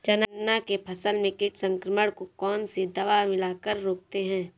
चना के फसल में कीट संक्रमण को कौन सी दवा मिला कर रोकते हैं?